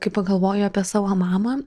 kai pagalvoju apie savo mamą